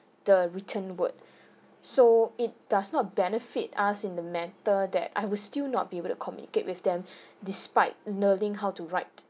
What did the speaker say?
the written word so it does not benefit us in the matter that I will still not be able to communicate with them despite learning how to write